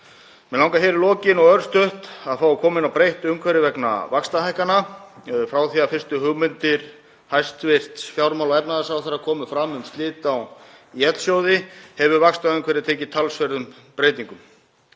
Mig langar hér í lokin og örstutt að fá að koma inn á breytt umhverfi vegna vaxtahækkana. Frá því að fyrstu hugmyndir hæstv. fjármála- og efnahagsráðherra komu fram um slit á ÍL-sjóði hefur vaxtaumhverfi tekið talsverðum breytingum.